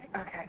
okay